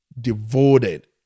devoted